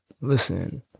listen